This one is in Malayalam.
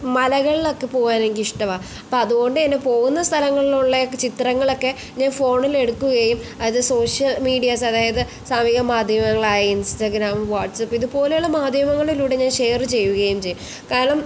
മലകളിലൊക്കെ പോകാനെനിക്കിഷ്ടമാണ് അപ്പതു കൊണ്ടു തന്നെ പോകുന്ന സ്ഥലങ്ങളിലുള്ളതൊക്കെ ചിത്രങ്ങളൊക്കെ ഞാൻ ഫോണിലെടുക്കുകയും അതു സോഷ്യൽ മീഡിയാസ് അതായത് സമൂഹ മാധ്യമങ്ങളായ ഇൻസ്റ്റഗ്രാം വാട്സപ്പ് ഇതുപോലെയുള്ള മാധ്യമങ്ങളിലൂടെ ഞാൻ ഷെയർ ചെയ്യുകയും ചെയ്യും കാരണം